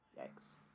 yikes